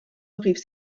rief